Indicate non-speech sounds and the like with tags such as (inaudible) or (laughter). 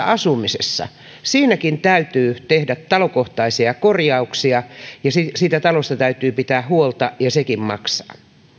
(unintelligible) asumisessa täytyy tehdä talokohtaisia korjauksia ja siitä talosta täytyy pitää huolta ja sekin maksaa